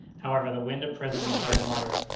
however, the wind at present was very moderate,